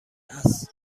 است